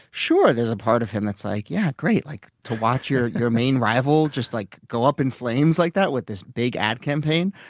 sure there's a part of him that's like, yeah, great! like to watch your your main rival just like, go up in flames like that with this big ad campaign.